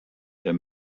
der